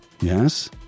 Yes